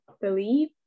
believe